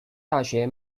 大学